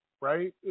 right